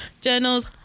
Journals